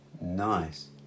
Nice